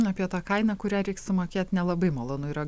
apie tą kainą kurią reiks sumokėt nelabai malonu yra